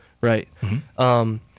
right